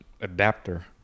adapter